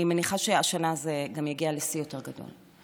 אני מניחה שהשנה זה גם יגיע לשיא יותר גדול.